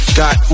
got